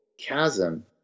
chasm